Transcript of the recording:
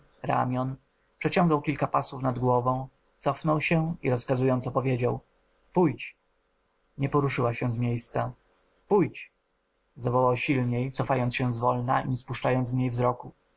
ramion przeciągał kilka pasów nad głową cofnął się i rozkazująco powiedział pójdź nie poruszyła się z miejsca pójdź zawołał silniej cofając się zwolna i nie spuszczając z niej wzroku